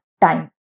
time